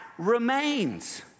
remains